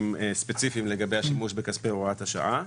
ספציפיים לגבי השימוש בכספים למטרות הוראת השעה.